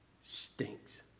stinks